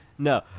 No